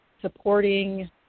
supporting